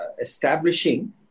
establishing